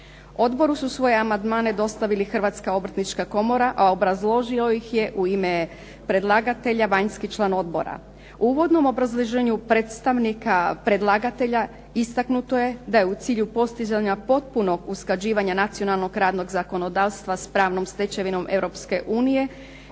Odboru su svoje amandmane dostavili Hrvatska obrtnička komora, a obrazložio ih je u ime predlagatelja vanjski član odbora. U uvodnom obrazloženju predstavnika predlagatelja istaknuto je da je u cilju postizanja potpunog usklađivanja nacionalnog radnog zakonodavstva s pravnom stečevinom Europske unije,